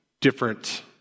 different